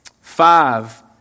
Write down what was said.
Five